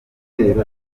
ibitero